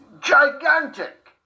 gigantic